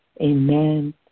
amen